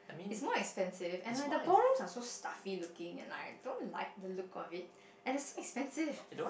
is more expensive and like the ballrooms are so stuffy looking and like I don't like the look of it and it's so expensive